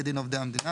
כדין עובדי המדינה,